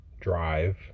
drive